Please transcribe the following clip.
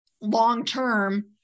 long-term